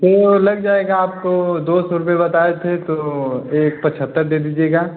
तो वह लग जाएगा आपको दो सौ रुपये बताए थे तो एक पचहत्तर दे दीजिएगा